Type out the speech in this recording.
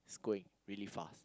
it's going really fast